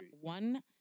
one